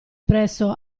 presso